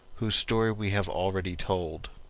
whose story we have already told.